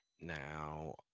Now